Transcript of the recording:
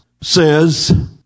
says